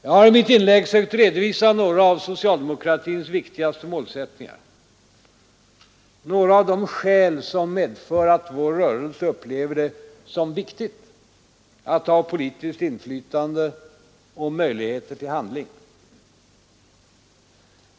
Jag har i mitt inlägg sökt redovisa några av socialdemokratins viktigaste målsättningar, några av de skäl som medför att vår rörelse upplever det som viktigt att ha politiskt inflytande och möjligheter till handling.